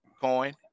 Coin